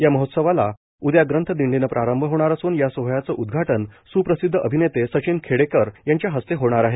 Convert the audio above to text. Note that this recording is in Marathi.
या महोत्सवाला उद्या ग्रंथ दिंगीन प्रारंभ होणार असून या सोहळ्याचे उद्घाटन स्प्रसिद्ध अभिनेते सचिन खेपेकर यांच्या हस्ते होणार आहे